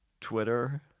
twitter